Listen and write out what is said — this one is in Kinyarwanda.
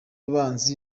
banzi